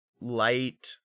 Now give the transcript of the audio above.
light